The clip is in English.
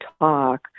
talk